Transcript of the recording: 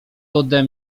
ode